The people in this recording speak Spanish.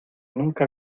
nunca